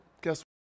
guess